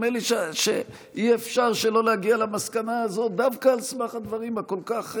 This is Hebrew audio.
נדמה לי שאי-אפשר שלא להגיע למסקנה הזאת דווקא על סמך הדברים הכל-כך,